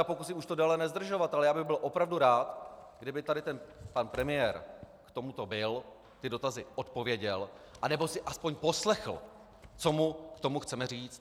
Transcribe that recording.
Pokusím se už to déle nezdržovat, ale já bych byl opravdu rád, kdyby tady ten pan premiér k tomuto byl, dotazy odpověděl, anebo si aspoň poslechl, co mu k tomu chceme říct.